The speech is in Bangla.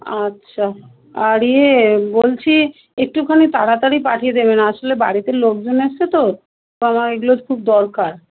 আচ্ছা আর ইয়ে বলছি একটুখানি তাড়াতাড়ি পাঠিয়ে দেবেন আসলে বাড়িতে লোকজন এসছে তো তো আমার এগুলো খুব দরকার